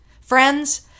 Friends